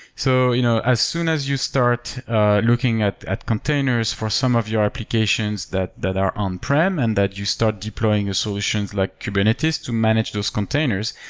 so you know as soon as you start looking at at containers for some of your applications that that are on prem and that you start deploying ah solutions like kubernetes to manage those containers,